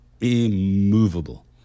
immovable